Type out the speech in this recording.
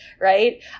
right